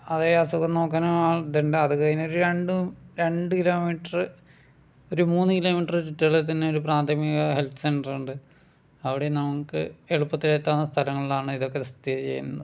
അതേ അസുഖം നോക്കാൻ ആളുണ്ട് അതുകഴിഞ്ഞൊര് രണ്ട് രണ്ട് കിലോമീറ്ററ് ഒരു മൂന്ന് കിലോമീറ്ററ് ചുറ്റളവിൽ തന്നെ ഒരു പ്രാഥമിക ഹെൽത്ത് സെൻ്ററുണ്ട് അവിടെ നമുക്ക് എളുപ്പത്തിലെത്താവുന്ന സ്ഥലങ്ങളാണ് ഇതൊക്കെ സ്ഥിതി ചെയ്യുന്നത്